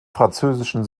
französischen